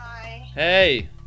hey